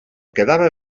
quedava